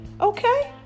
Okay